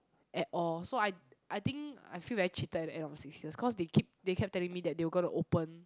at all so I I think I feel very cheated at the end of the six years cause they keep they kept telling me that they're gonna open